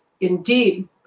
indeed